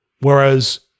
Whereas